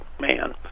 man